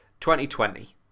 2020